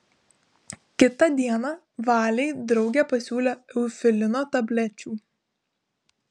kitą dieną valei draugė pasiūlė eufilino tablečių